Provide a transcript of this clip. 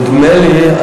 נדמה לי,